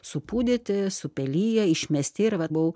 supūdyti supeliję išmesti ir vat buvau